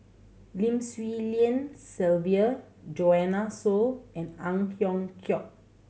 Lim Swee Lian Sylvia Joanne Soo and Ang Hiong Chiok